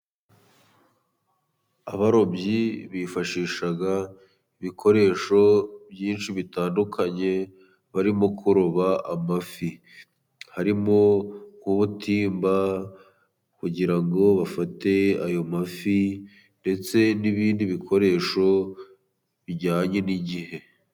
Abarobyi bifashisha ibikoresho byinshi bitandukanye barimo kuroba amafi. Harimo nk'ubutimba kugira ngo bafate ayo mafi, ndetse n'ibindi bikoresho bijyanye n'igihe.